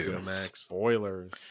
spoilers